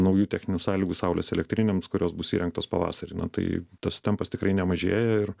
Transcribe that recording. naujų techninių sąlygų saulės elektrinėms kurios bus įrengtos pavasarį na tai tas tempas tikrai nemažėja ir